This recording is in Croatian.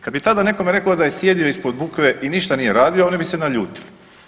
Kad bi tada nekome rekao da je sjedio ispod bukve i ništa nije radio oni bi se naljutili.